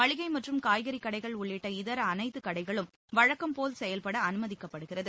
மளிகை மற்றும் காய்கறிக் கடைகள் உள்ளிட்ட இதர அனைத்துக் கடைகளும் வழக்கம் போல் செயல்பட அனுமதிக்கப்படுகிறது